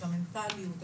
את המנטליות,